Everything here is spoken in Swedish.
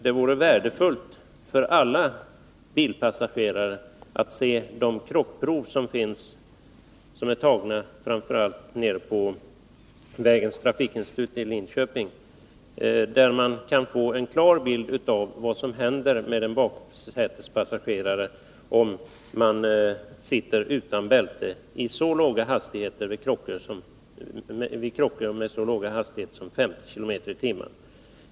Det vore värdefullt för alla bilpassagerare att se bilder av de krockprov som är tagna, framför allt nere på vägoch trafiksäkerhetsinstitutet i Linköping. Där kan man få en klar bild av vad som händer med baksätespassagerare som sitter utan bälte vid krockar i så låga hastigheter som 50 kilometer i timmen.